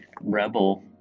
rebel